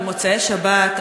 במוצאי שבת,